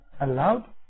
allowed